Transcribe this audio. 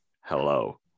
hello